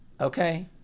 Okay